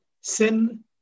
sin